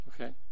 Okay